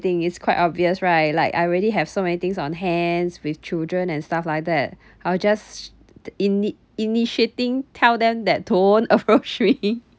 thing is quite obvious right like I already have so many things on hands with children and stuff like that I'll just init~ initiating tell them that don't approach me